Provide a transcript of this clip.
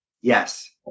Yes